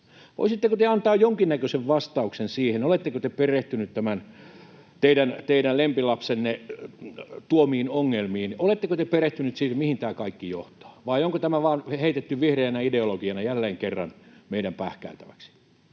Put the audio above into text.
Voisitteko te antaa jonkinnäköisen vastauksen siihen, oletteko te perehtynyt tämän teidän lempilapsenne tuomiin ongelmiin? Oletteko te perehtynyt siihen, mihin tämä kaikki johtaa, vai onko tämä vain heitetty vihreänä ideologiana jälleen kerran meidän pähkäiltäväksemme?